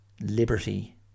liberty